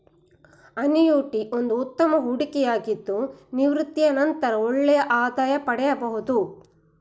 annuity ಒಂದು ಉತ್ತಮ ಹೂಡಿಕೆಯಾಗಿದ್ದು ನಿವೃತ್ತಿಯ ನಂತರ ಒಳ್ಳೆಯ ಆದಾಯ ಪಡೆಯಬಹುದು